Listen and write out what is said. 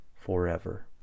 forever